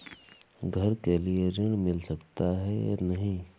घर के लिए ऋण मिल सकता है या नहीं?